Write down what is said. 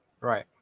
Right